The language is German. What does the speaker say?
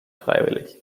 freiwillig